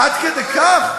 עד כדי כך?